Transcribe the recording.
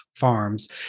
Farms